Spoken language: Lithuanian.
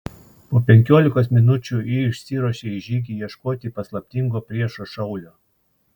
po penkiolikos minučių ji išsiruošė į žygį ieškoti paslaptingo priešo šaulio